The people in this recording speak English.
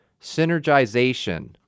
Synergization